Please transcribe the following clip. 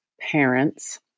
parents